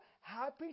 happy